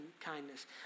kindness